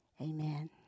amen